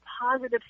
positive